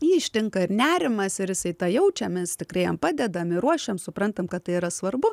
jį ištinka ir nerimas ir jisai tą jaučia mes tikrai jam padedam ir ruošiam suprantam kad tai yra svarbu